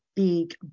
Big